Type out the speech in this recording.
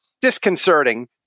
disconcerting